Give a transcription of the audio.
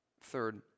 Third